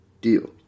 Deal